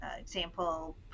example